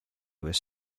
was